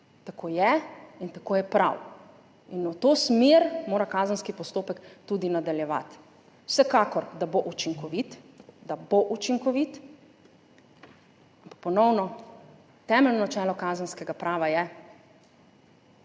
Tako je in tako je prav. V to smer mora kazenski postopek tudi nadaljevati. Vsekakor, da bo učinkovit, da bo učinkovit, ampak ponovno, temeljno načelo kazenskega prava je